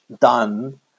done